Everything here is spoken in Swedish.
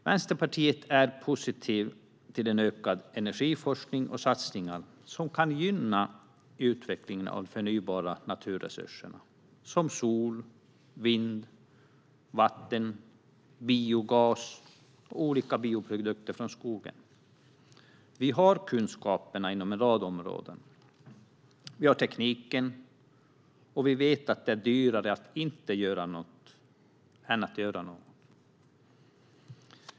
Vänsterpartiet är positivt till en ökad energiforskning och satsningar som kan gynna utvecklingen av de förnybara naturresurserna: sol, vind, vatten, biogas och olika bioprodukter från skogen. Vi har kunskaperna inom en rad områden. Vi har tekniken. Och vi vet att det är dyrare att inte göra något än att göra något.